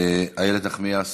איילת נחמיאס,